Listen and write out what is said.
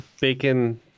bacon